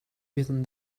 bitten